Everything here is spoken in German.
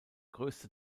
größte